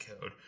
code